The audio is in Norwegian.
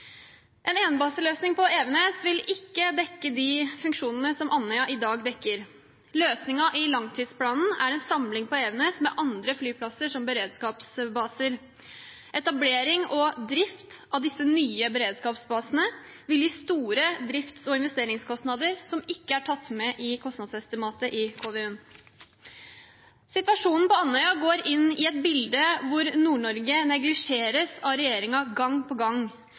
En enbaseløsning på Evenes vil ikke dekke de funksjonene som Andøya i dag dekker. Løsningen i langtidsplanen er en samling på Evenes med andre flyplasser som beredskapsbaser. Etablering og drift av disse nye beredskapsbasene vil gi store drifts- og investeringskostnader som ikke er tatt med i kostnadsestimatet i KVU-en. Situasjonen på Andøya går inn i et bilde hvor Nord-Norge neglisjeres av regjeringen gang på gang.